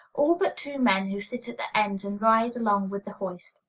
all but two men, who sit at the ends and ride along with the hoist.